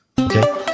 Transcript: okay